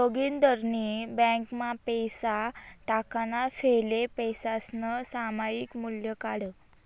जोगिंदरनी ब्यांकमा पैसा टाकाणा फैले पैसासनं सामायिक मूल्य काढं